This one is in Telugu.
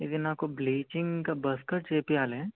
ఇది నాకు బ్లీచింగ్ ఇంకా బస్కట్ చేయించాలి